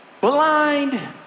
blind